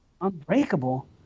unbreakable